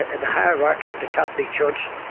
ah the hierarchy of the catholic church,